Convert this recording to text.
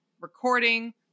recording